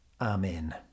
Amen